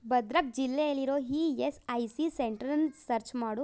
ಭದ್ರಕ್ ಜಿಲ್ಲೆಯಲ್ಲಿರೋ ಹಿ S I C centres search ಮಾಡು